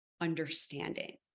understanding